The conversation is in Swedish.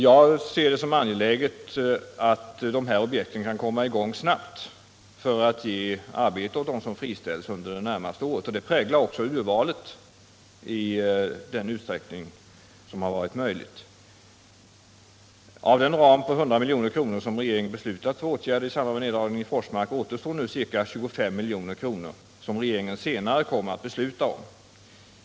Jag ser det såsom angeläget att dessa objekt kan komma i gång snabbt för att ge arbete åt dem som friställs under det närmaste året. Detta präglar också urvalet i den utsträckning det har varit möjligt. Av den ram på 100 milj.kr. som regeringen beslöt om för åtgärder i samband med neddragningen i Forsmark återstår nu ca 25 milj.kr., som regeringen senare kommer att besluta om.